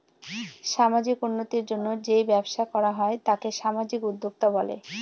সামাজিক উন্নতির জন্য যেই ব্যবসা করা হয় তাকে সামাজিক উদ্যোক্তা বলে